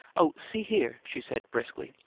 oh, see here, she said, briskly.